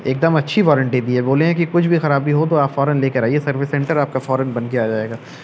ایک دم اچھی وارنٹی دی ہے بولے ہیں کہ کچھ بھی خرابی ہو تو آپ فوراً لے کر آئیے سروس سینٹر آپ کا فوراً بن کے آ جائے گا